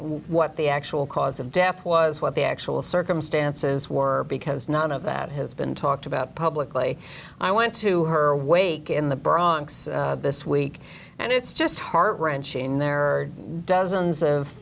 what the actual cause of death was what the actual circumstances were because none of that has been talked about publicly i went to her or wake in the bronx this week and it's just heart wrenching there are dozens of